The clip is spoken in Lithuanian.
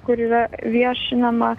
kur yra viešinama